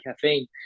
caffeine